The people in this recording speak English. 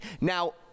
Now